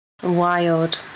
Wild